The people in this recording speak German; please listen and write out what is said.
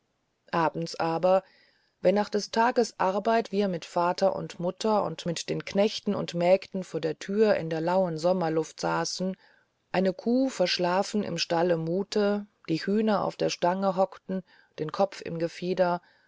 abends aber wenn nach des tages arbeit wir mit vater und mutter und mit den knechten und mägden vor der tür in der lauen sommerluft saßen eine kuh verschlafen im stalle muhte die hühner auf der stange hockten den kopf im gefieder